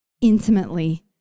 intimately